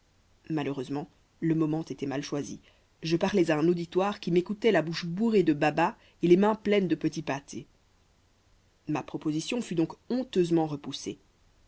malheureusement le moment était mal choisi je parlais à un auditoire qui m'écoutait la bouche bourrée de babas et les mains pleines de petits pâtés ma proposition fut donc honteusement repoussée